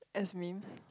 as memes